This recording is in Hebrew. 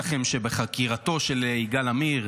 שבחקירתו של יגאל עמיר,